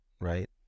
Right